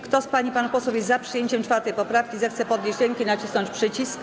Kto z pań i panów posłów jest za przyjęciem 4. poprawki, zechce podnieść rękę i nacisnąć przycisk.